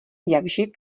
jakživ